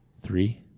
three